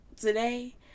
today